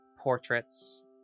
portraits